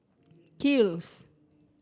kiehl's